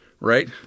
right